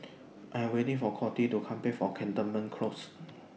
I Am waiting For Codie to Come Back from Cantonment Close